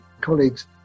colleagues